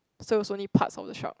so so is only parts of the shark